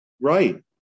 Right